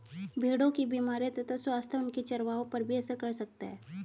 भेड़ों की बीमारियों तथा स्वास्थ्य उनके चरवाहों पर भी असर कर सकता है